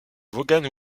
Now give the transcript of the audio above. vaughan